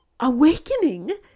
Awakening